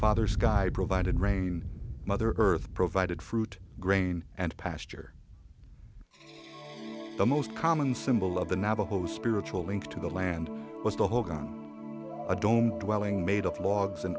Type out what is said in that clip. father sky provided rain mother earth provided fruit grain and pasture the most common symbol of the navajo spiritual link to the land was the hold on a dome welling made